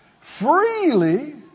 freely